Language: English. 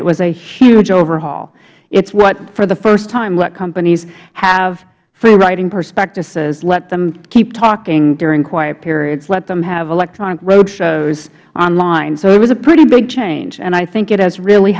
it was a huge overhaul it's what for the first time let companies have free writing prospectuses let them keep talking during quiet periods let them have electronic road shows on line so it was a pretty big change and i think it has really